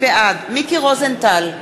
בעד מיקי רוזנטל,